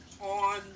on